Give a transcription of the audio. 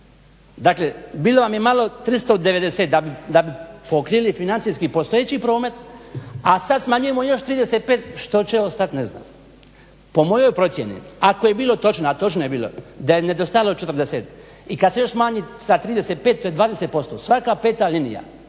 Dakle, bilo vam je malo 390 da bi pokrili financijski postojeći promet, a sad smanjujemo još 35. Što će ostat, ne znam. Po mojoj procjeni, ako je bilo točno, a točno je bilo da je nedostajalo 40 i kad se još smanji sa 35 to je 20%, svaka peta linija